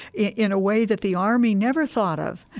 in a way that the army never thought of,